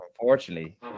unfortunately